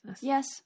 Yes